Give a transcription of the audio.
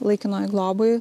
laikinoj globoj